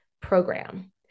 program